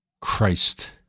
Christ